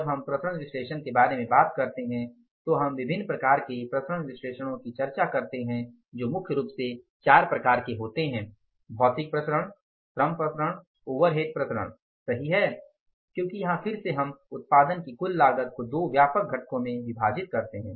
जब हम विचरण विश्लेषण के बारे में बात करते हैं तो हम विभिन्न प्रकार के विचरण विश्लेषणों करते हैं जो मुख्य रूप से चार प्रकार के होते हैं भौतिक विचरण श्रम विचरण ओवरहेड विचरण सही हैं क्योंकि यहां फिर से हम उत्पादन की कुल लागत को दो व्यापक घटकों में विभाजित करते हैं